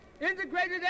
integrated